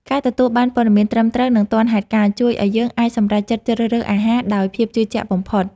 ការទទួលបានព័ត៌មានត្រឹមត្រូវនិងទាន់ហេតុការណ៍ ជួយឱ្យយើងអាចសម្រេចចិត្តជ្រើសរើសអាហារដោយភាពជឿជាក់បំផុត។